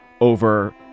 over